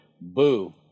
boo